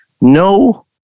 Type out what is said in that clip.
no